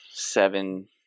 seven